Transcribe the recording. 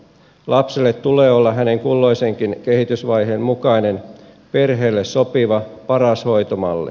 lapselle tulee olla hänen kulloisenkin kehitysvaiheensa mukainen perheelle sopiva paras hoitomalli